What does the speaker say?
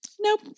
nope